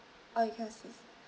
oh because it's